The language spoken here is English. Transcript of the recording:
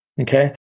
okay